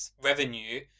revenue